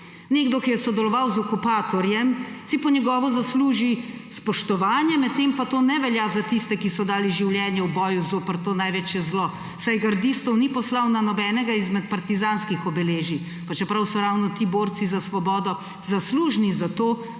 Nekdo, ki je sodeloval z okupatorjem, si po njegovem zasluži spoštovanje, medtem pa to ne velja zoper tiste, ki so dali življenje v boju zopet to največje zlo, saj gardistov ni poslal na nobenega izmed partizanskih obeležij, pa čeprav so ravno ti borci za svobodo zaslužni za to,